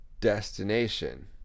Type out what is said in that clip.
destination